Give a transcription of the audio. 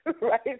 right